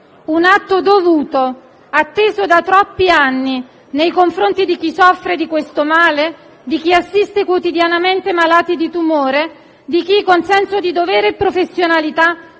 Un atto dovuto, atteso da troppi anni, nei confronti di chi soffre di questo male, di chi assiste quotidianamente malati di tumore e di chi, con senso di dovere e professionalità,